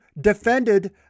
defended